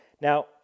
Now